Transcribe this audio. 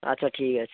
আচ্ছা ঠিক আছে